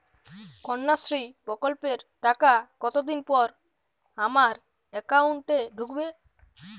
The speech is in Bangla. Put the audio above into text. কন্যাশ্রী প্রকল্পের টাকা কতদিন পর আমার অ্যাকাউন্ট এ ঢুকবে?